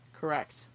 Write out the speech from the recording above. Correct